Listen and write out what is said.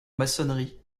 maçonnerie